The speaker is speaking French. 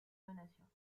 donations